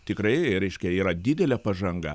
tikrai reiškia yra didelė pažanga